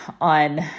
on